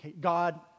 God